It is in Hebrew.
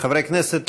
חברי הכנסת,